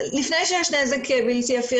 לפני שיש נזק בלתי הפיך,